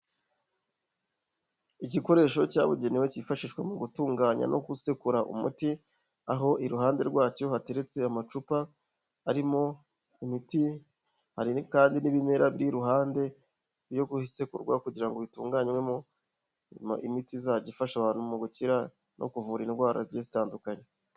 Igikoresho cyabugenewe cyifashishwa mu gutunganya no gusekura umuti, aho iruhande rwacyo hateretse amacupa arimo imiti, hari kandi n'ibimera biri iruhande byo gusekurwa kugira ngo bitunganywemo imiti izajya ifasha abantu mu gukira no kuvura indwara zigiye zitandukanye.